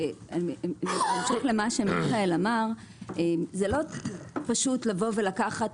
בהמשך למה שמיכאל אמר, לא פשוט לומר: